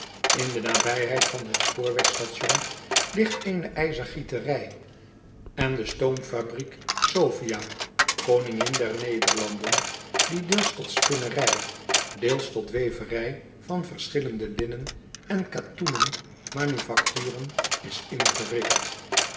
n de nabijheid van het spoorwegstation ligt eene ijzergieterij en de stoomfabriek ofia o acobus raandijk andelingen door ederland met pen en potlood eel ningin der ederlanden die deels tot spinnerij deels tot weverij van verschillende linnen en katoenen manufacturen is ingerigt